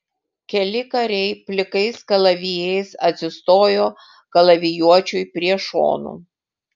keli kariai plikais kalavijais atsistojo kalavijuočiui prie šonų